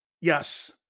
Yes